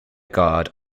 guard